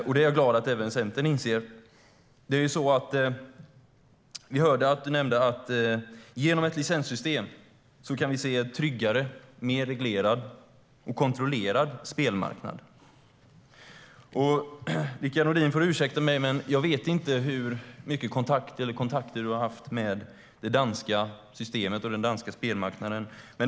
Och jag är glad att även Centern inser det. Rickard Nordin nämnde att vi kan se en tryggare, mer reglerad och kontrollerad spelmarknad genom ett licenssystem. Han får ursäkta mig, men jag vet inte hur mycket kontakt han har haft med det danska systemet och den danska spelmarknaden.